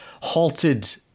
halted